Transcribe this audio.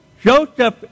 Joseph